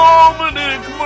Dominic